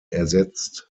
ersetzt